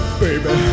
baby